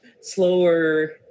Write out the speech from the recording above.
slower